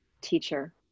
teacher